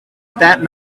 that